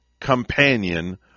companion